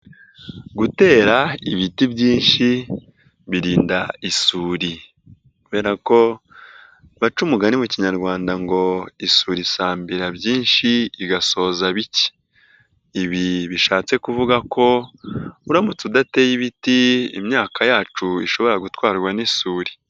Gutera ibiti byinshi birinda isuri kubera ko baca umugani mu kinyarwanda ngo "isuri isambira byinshi igasoza bike". Ibi bishatse kuvuga ko uramutse udateye ibiti imyaka yacu ishobora gutwarwa n'isuri.